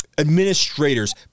administrators